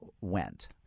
went